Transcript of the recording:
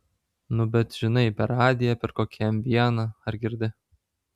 nu bet žinai per radiją per kokį m vieną ar girdi